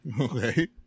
Okay